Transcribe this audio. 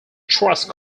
trust